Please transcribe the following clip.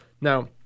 Now